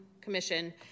Commission